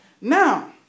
Now